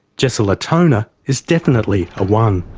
jessa latona is definitely a one.